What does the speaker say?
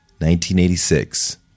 1986